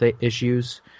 issues